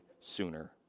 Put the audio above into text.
sooner